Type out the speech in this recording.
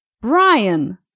Brian